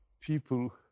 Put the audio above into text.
people